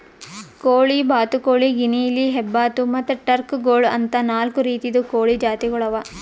ಕೋಳಿ, ಬಾತುಕೋಳಿ, ಗಿನಿಯಿಲಿ, ಹೆಬ್ಬಾತು ಮತ್ತ್ ಟರ್ಕಿ ಗೋಳು ಅಂತಾ ನಾಲ್ಕು ರೀತಿದು ಕೋಳಿ ಜಾತಿಗೊಳ್ ಅವಾ